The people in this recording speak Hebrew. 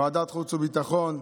ועדת החוץ והביטחון,